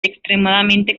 extremadamente